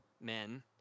men